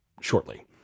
shortly